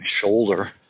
shoulder